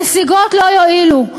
נסיגות לא יועילו.